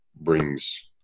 brings